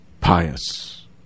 pious